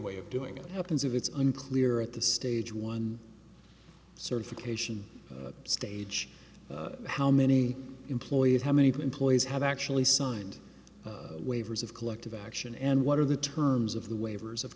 way of doing it happens if it's unclear at this stage one certification stage how many employees how many employees have actually signed waivers of collective action and what are the terms of the waivers of